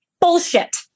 Bullshit